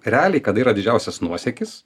realiai kada yra didžiausias nuosekis